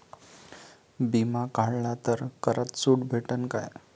बिमा काढला तर करात सूट भेटन काय?